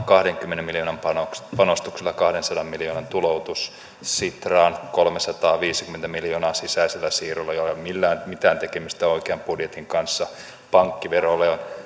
kahdenkymmenen miljoonan panostuksella panostuksella kahdensadan miljoonan tuloutus sitraan kolmesataaviisikymmentä miljoonaa sisäisellä siirrolla jolla ei ole mitään tekemistä oikean budjetin kanssa pankkiverolle on